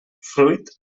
fruit